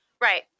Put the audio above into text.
right